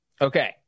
Okay